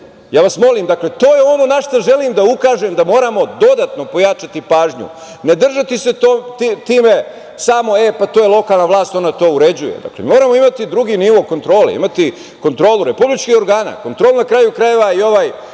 dece. Molim vas, to je ono na šta želim da ukažem. Moramo dodatno pojačati pažnju, ne držati se toga samo to je lokalna vlast, ona to uređuje. Dakle, moramo imati drugi nivo kontrole, imati kontrolu republičkih organa. Na kraju krajeva i ovaj